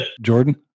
Jordan